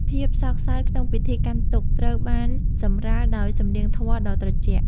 ភាពសោកសៅក្នុងពិធីកាន់ទុក្ខត្រូវបានសម្រាលដោយសំនៀងធម៌ដ៏ត្រជាក់។